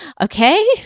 Okay